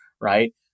right